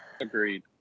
Agreed